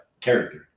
character